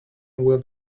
will